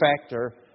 factor